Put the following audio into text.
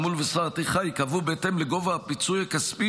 גמול ושכר טרחה ייקבעו בהתאם לגובה הפיצוי הכספי